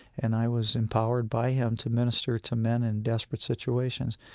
and i was empowered by him to minister to men in desperate situations,